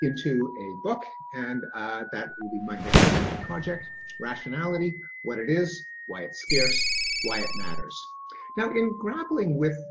into a book and that will be my next major project rationality what it is, why it's scarce why it matters now in grappling with